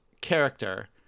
character